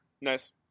Nice